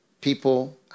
people